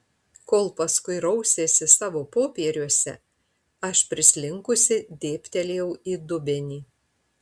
kol paskui rausėsi savo popieriuose aš prislinkusi dėbtelėjau į dubenį